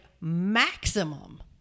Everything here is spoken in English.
maximum